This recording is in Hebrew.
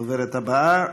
הדוברת הבאה.